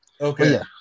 Okay